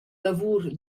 lavur